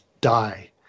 die